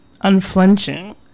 unflinching